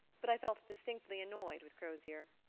but i felt distinctly annoyed with crozier.